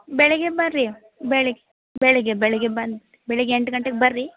ಬೆಳಿಗ್ಗೆ ಬನ್ರಿ ಬೆಳ್ ಬೆಳಿಗ್ಗೆ ಬೆಳಿಗ್ಗೆ ಬಂದು ಬೆಳಿಗ್ಗೆ ಎಂಟು ಗಂಟೆಗೆ ಬನ್ರಿ